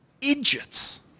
idiots